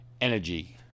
energy